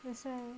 that's why